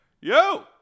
yo